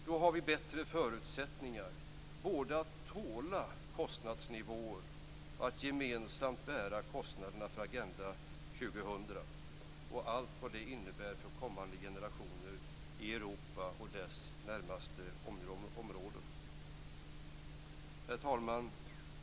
Då har vi bättre förutsättningar både att tåla kostnadsnivåer och att gemensamt bära kostnaderna för Agenda 2000 och allt vad det innebär för kommande generationer i Europa och dess närmaste områden. Herr talman!